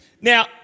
Now